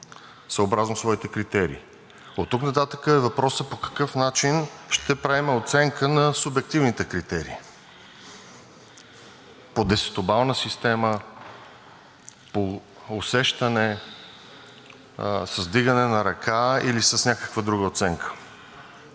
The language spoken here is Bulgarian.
съобразно своите критерии. Оттук нататък е въпросът по какъв начин ще правим оценка на субективните критерии? По десетобална система, по усещане, с вдигане на ръка или с някаква друга оценка.